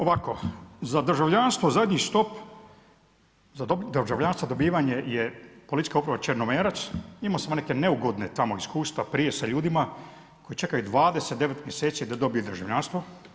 Ovako, za državljanstvo zadnji stop, za dobiti državljanstvo dobivanje je policijska uprava Črnomerac, imao sam neka neugodna tamo iskustva prije sa ljudima koji čekaju 29 mjeseci da dobiju državljanstvo.